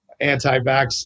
anti-vax